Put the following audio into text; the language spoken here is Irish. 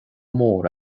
mór